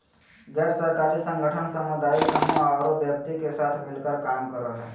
गैर सरकारी संगठन सामुदायिक समूह औरो व्यक्ति के साथ मिलकर काम करो हइ